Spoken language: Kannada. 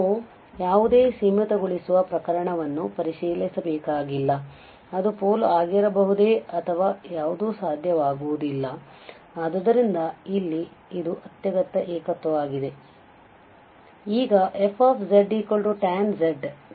ನಾವು ಯಾವುದೇ ಸೀಮಿತಗೊಳಿಸುವ ಪ್ರಕರಣವನ್ನು ಪರಿಶೀಲಿಸಬೇಕಾಗಿಲ್ಲ ಅದು ಪೋಲ್ ಆಗಿರಬಹುದೇ ಅಥವಾ ಯಾವುದೂ ಸಾಧ್ಯವಾಗುವುದಿಲ್ಲ ಆದ್ದರಿಂದ ಇಲ್ಲಿ ಇದು ಅತ್ಯಗತ್ಯ ಏಕತ್ವವಾಗಿದೆ